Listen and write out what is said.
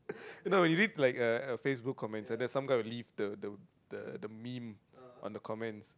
you know you read like a a Facebook comments and then some guys will leave the the the the meme on the comments